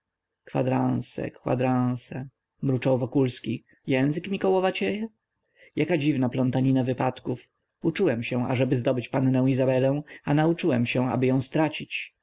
kwadranse kwadranse mruczał wokulski język mi kołowacieje jaka dziwna plątanina wypadków uczyłem się ażeby zdobyć pannę izabelę a nauczyłem się aby ją stracić